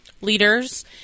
leaders